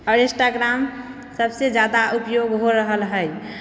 आओर इन्स्टाग्राम सबसँ ज्यादा उपयोग हो रहल हइ